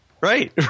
Right